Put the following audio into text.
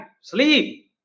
sleep